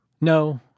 No